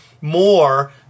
more